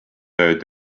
ööd